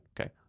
Okay